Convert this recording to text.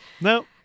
No